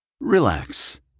Relax